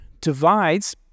divides